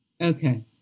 Okay